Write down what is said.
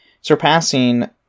surpassing